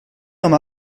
remis